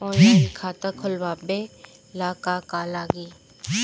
Online खाता खोलबाबे ला का का लागि?